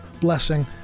blessing